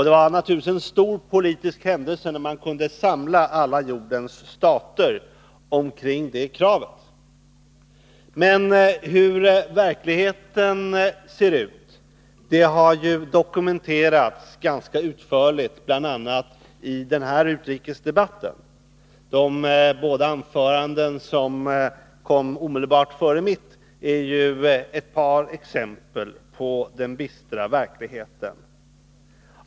Det var naturligtvis en stor politisk händelse, när man kunde samla alla jordens stater kring det kravet. Men hur verkligheten ser ut har dokumenterats ganska utförligt, bl.a. i denna utrikesdebatt. De båda anföranden som kom omedelbart före mitt är ett par exempel på den bistra verkligheten.